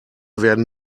werden